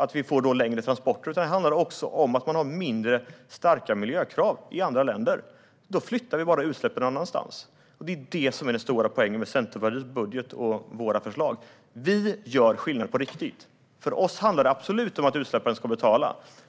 att vi får längre transporter, utan det handlar också om att man har mindre starka miljökrav i andra länder. Då flyttar vi bara utsläppen någon annanstans. Den stora poängen med Centerpartiets budget och våra förslag är: Vi gör skillnad på riktigt. För oss handlar det absolut om att utsläpparen ska betala.